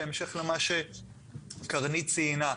בהמשך למה שקרנית ציינה,